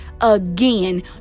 again